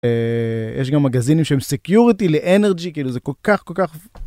יש גם מגזינים שהם סקיורטי לאנרגי, כאילו זה כל כך, כל כך...